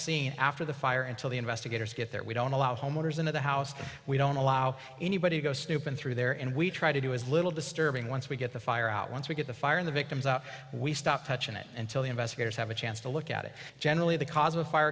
scene after the fire until the investigators get there we don't allow homeowners into the house we don't allow anybody to go snooping through there and we try to do as little disturbing once we get the fire out once we get the fire in the victims out we stop touching it until the investigators have a chance to look at it generally the cause of a fire